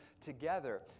together